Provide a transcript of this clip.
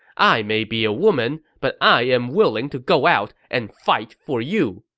i maybe a woman, but i am willing to go out and fight for you.